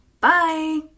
Bye